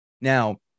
now